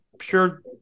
sure